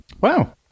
wow